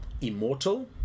immortal